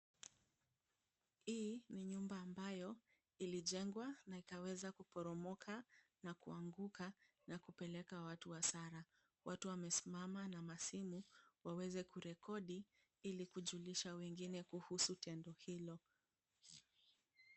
Hii ni nyumba ambayo ilijengwa na ikaweza kuporomoka na kuanguka na kupeleka watu hasara. Watu wamesimama na masimu waweze kurekodi ili kujulisha wengine kuhusu tendo hilo.